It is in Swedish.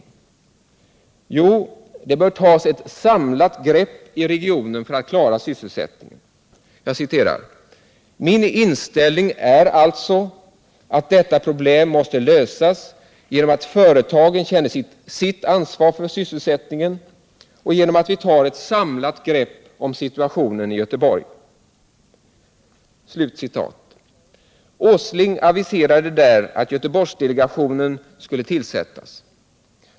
Jo, att det bör tas ett samlat grepp i regionen för att klara sysselsättningen: ”Min inställning är alltså att detta problem måste lösas genom att företagen känner sitt ansvar för sysselsättningen och genom att vi tar ett samlat grepp om situationen i Göteborg.” Nils Åsling aviserade där att Göteborgsdelegationen skulle tillsättas.